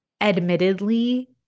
admittedly